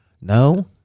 No